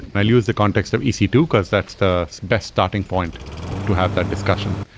i'll use the context of e c two, because that's the best starting point to have that discussion,